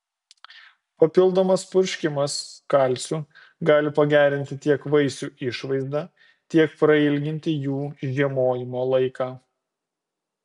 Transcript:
papildomas purškimas kalciu gali pagerinti tiek vaisių išvaizdą tiek prailginti jų žiemojimo laiką